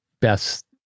best